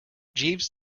jeeves